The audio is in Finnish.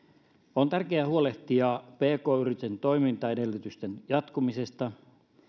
on tärkeää huolehtia pk yritysten toimintaedellytysten jatkumisesta